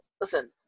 listen